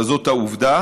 אבל זאת העובדה.